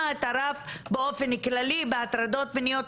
את הרף באופן כללי בהטרדות מיניות,